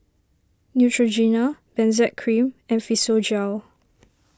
Neutrogena Benzac Cream and Physiogel